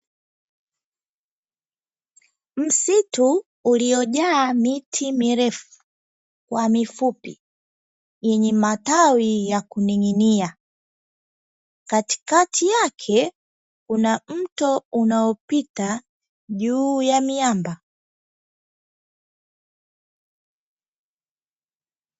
Msitu uliojaa miti mirefu na mifupi yenye matawi ya kuning’inia, katikati yake kuna mto unaopita juu ya miamba.